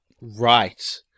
Right